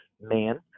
man